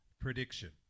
prediction